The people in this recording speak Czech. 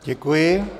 Děkuji.